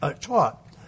taught